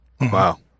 Wow